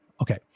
Okay